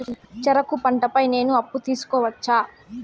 చెరుకు పంట పై నేను అప్పు తీసుకోవచ్చా?